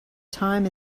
time